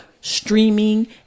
streaming